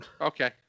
Okay